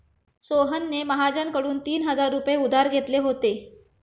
सोहनने महाजनकडून तीन हजार रुपये उधार घेतले होते